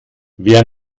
wer